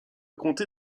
comté